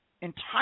entire